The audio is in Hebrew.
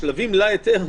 שהשלבים להיתר,